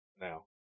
now